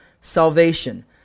salvation